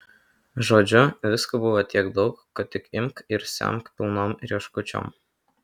žodžiu visko buvo tiek daug kad tik imk ir semk pilnom rieškučiom